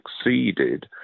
succeeded